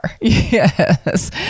Yes